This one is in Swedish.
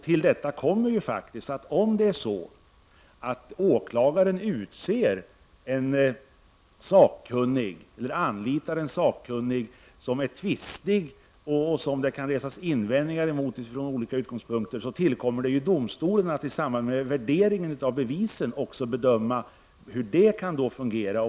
Till detta kommer faktiskt, att om åklagaren anlitar en sakkunnig som är tvistig eller som det kan resas invändningar mot från olika utgångspunkter, tillkommer det domstolen att i samband med värderingen av bevisen också bedöma hur det skall kunna fungera.